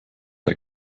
der